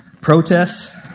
protests